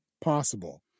possible